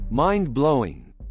Mind-blowing